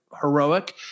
heroic